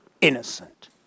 Innocent